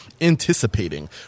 anticipating